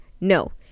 No